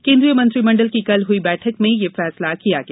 केन्ट्रीय मंत्रिमंडल की कल हुई बैठक में यह फैसला किया गया